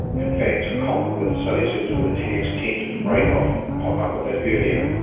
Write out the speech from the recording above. in fact in common with studies elsewhere the tags tended to break off and pop up a bit earlier.